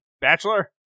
bachelor